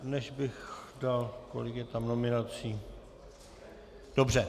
Než bych dal kolik je tam nominací dobře.